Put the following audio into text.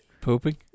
Pooping